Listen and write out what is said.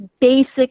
basic